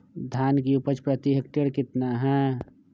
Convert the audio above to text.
धान की उपज प्रति हेक्टेयर कितना है?